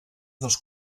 dels